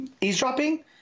eavesdropping